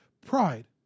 Pride